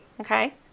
Okay